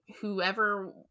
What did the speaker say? whoever